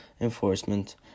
enforcement